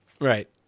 right